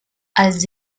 els